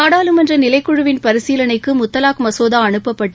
நாடாளுமன்ற நிலைக்குழுவிள் பரிசீலளைக்கு முத்தலாக் மசோதா அனுப்பப்பட்டு